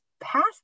past